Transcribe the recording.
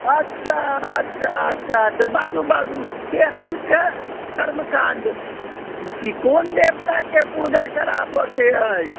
अच्छा अच्छा अच्छा अच्छा बाजु बाजु केहनके कर्मकाण्ड कोन देवताके पूजा कराबऽके अहि